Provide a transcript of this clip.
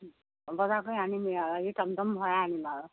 বজাৰ কৰি আনিমেই আৰু আজি টম টম ভৰাই আনিম আৰু